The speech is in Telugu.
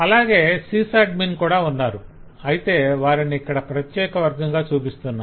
అలాగే సిస్అడ్మిన్ కూడా ఉన్నారు అయితే వారిని ఇక్కడ ప్రత్యేక వర్గంగా చూపిస్తున్నాం